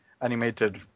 animated